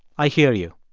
i hear you.